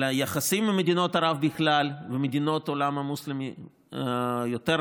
על היחסים עם מדינות ערב בכלל ומדינות העולם המוסלמי היותר-רחב,